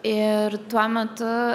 ir tuo metu